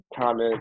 comment